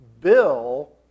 Bill